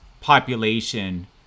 population